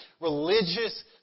religious